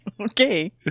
okay